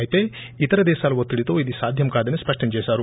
అయితే ఇతర దేశాల ఒత్తిడితో ఇది సాధ్యం కాదని స్పష్టం చేశారు